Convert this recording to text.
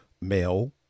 male